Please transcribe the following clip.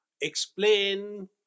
explain